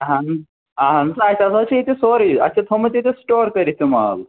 اَہن اَہن سا اَسہِ ہسا چھِ ییٚتہِ سورُے اَسہِ چھِ تھوٚمت ییٚتہِ سٕٹور کٔرِتھ یہِ مال